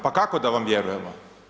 Pa kako da vam vjerujemo?